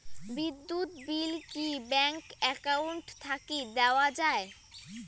বিদ্যুৎ বিল কি bank account থাকি দেওয়া য়ায়?